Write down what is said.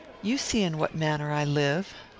you see in what manner i live.